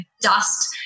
dust